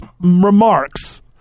remarks